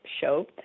show